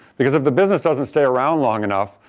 because if the business doesn't stay around long enough,